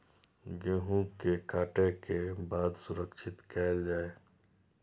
गेहूँ के काटे के बाद सुरक्षित कायल जाय?